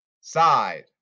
side